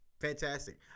fantastic